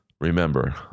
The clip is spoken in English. remember